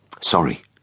Sorry